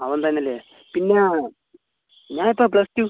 അവൻ തന്നല്ലെ പിന്നാ ഞാൻ ഇപ്പം പ്ലസ് ടു